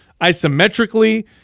isometrically